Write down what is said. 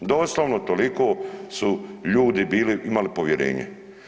Doslovno toliko su ljudi bili, imali povjerenje.